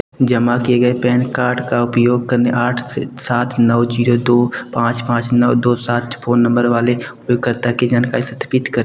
जमा किए गए पैन कार्ड का उपयोग करके आठ सात नो जीरो दो पाँच पाँच नो दो सात फ़ोन नंबर वाले उपयोगकर्ता की जानकारी सत्यापित करें